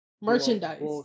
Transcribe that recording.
merchandise